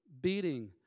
beating